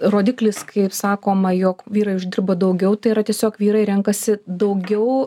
rodiklis kaip sakoma jog vyrai uždirba daugiau tai yra tiesiog vyrai renkasi daugiau